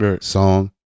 song